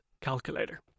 calculator